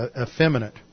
effeminate